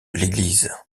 l’église